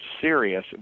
serious